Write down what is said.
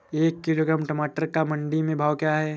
एक किलोग्राम टमाटर का मंडी में भाव क्या है?